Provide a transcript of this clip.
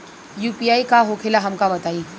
UPI का होखेला हमका बताई?